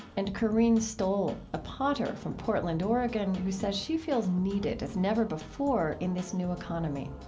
and careen stoll, a potter from portland, oregon, who says she feels needed as never before in this new economy.